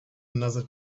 another